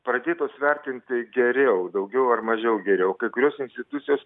pradėtos vertinti geriau daugiau ar mažiau geriau kai kurios institucijos